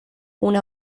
una